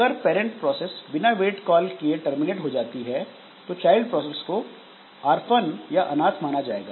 अगर parent process बिना wait call किए टर्मिनेट हो जाती है तो चाइल्ड प्रोसेस को ऑर्फन या अनाथ माना जाएगा